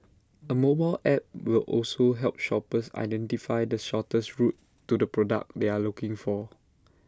A mobile app will also help shoppers identify the shortest route to the product they are looking for